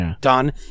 done